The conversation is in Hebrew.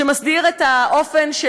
שמסדיר את האופן של